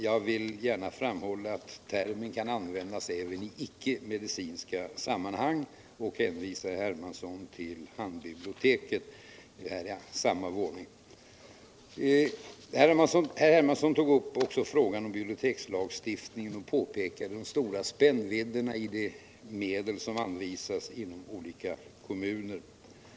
Jag vill framhålla att termen kan användas även i icke medicinska sammanhang och hänvisar herr Hermansson till handbiblioteket på samma våning som denna. Vidare tog herr Hermansson upp frågan om bibliotekslagstiftningen och påvisade de stora spännvidderna i de medel som anvisas inom olika 7 kommuner.